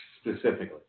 specifically